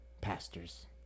pastors